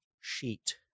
sheet